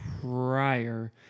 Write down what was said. prior